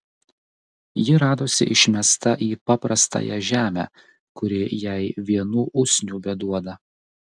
ji radosi išmesta į paprastąją žemę kuri jai vienų usnių beduoda